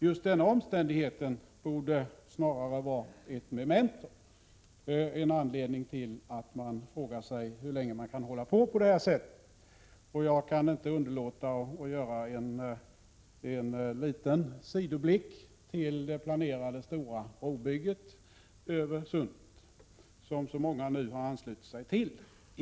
Just denna omständighet borde snarare vara ett memento, en anledning till att fråga sig hur länge man kan hålla på på det här sättet. Jag kan inte underlåta att göra en liten sidoblick till det planerade stora brobygget över sundet, som så många nu har anslutit sig till.